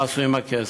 ומה עשו עם הכסף?